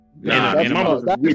Nah